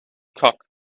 cock